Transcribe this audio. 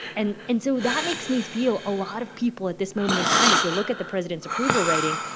and and so that makes me feel a lot of people at this moment in time, if you look at the president's approval rating,